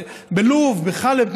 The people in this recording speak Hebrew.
בלוב ובחלב,